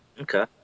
Okay